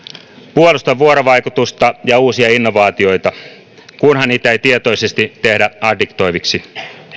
puolustan vuorovaikutusta ja uusia innovaatioita kunhan niitä ei tietoisesti tehdä addiktoiviksi